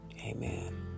Amen